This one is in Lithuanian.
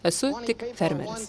esu tik fermeris